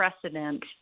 precedent